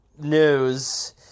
news